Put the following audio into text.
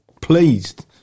pleased